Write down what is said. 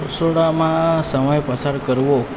રસોડામાં સમય પસાર કરવો